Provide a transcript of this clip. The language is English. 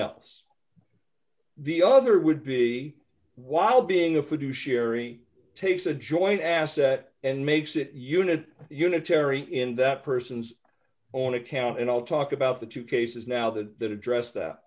else the other would be while being a fiduciary takes a joint asset and makes it unit unitary in that person's own account and i'll talk about the two cases now that that address that